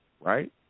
right